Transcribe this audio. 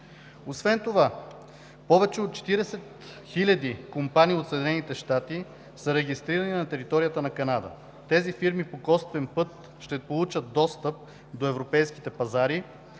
Освен това повече от 40 хиляди компании от САЩ са регистрирани на територията на Канада. Тези фирми по косвен път ще получат достъп до европейските пазари,